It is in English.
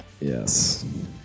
Yes